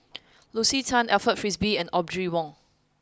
Lucy Tan Alfred Frisby and Audrey Wong